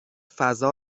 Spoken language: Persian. فضا